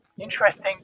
interesting